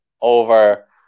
over